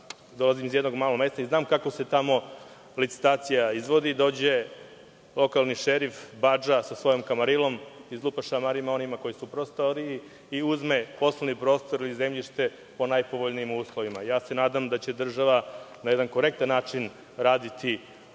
dolazim iz jednog malog mesta i znam kako se tamo licitacija izvodi. Dođe lokalni šerif, badža, sa svojom kamarilom, izlupa šamare onima koji su u prostoriji i uzme poslovni prostor ili zemljište po najpovoljnijim uslovima. Nadam se da će država na jedan korektan način raditi ovu